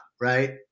right